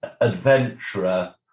Adventurer